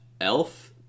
elf